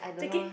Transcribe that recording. take it